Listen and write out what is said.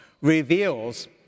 reveals